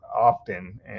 often